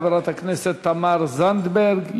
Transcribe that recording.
חברת הכנסת תמר זנדברג.